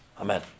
Amen